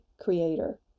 creator